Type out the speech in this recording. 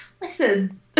Listen